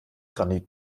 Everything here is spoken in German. granit